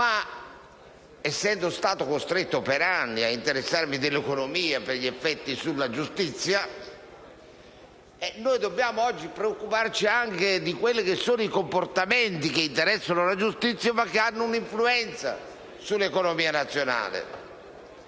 ma essendo stato costretto per anni ad interessarmi dell'economia per gli effetti sulla giustizia, noi dobbiamo oggi preoccuparci anche dei comportamenti che interessano la giustizia ma che hanno un'influenza sull'economia nazionale.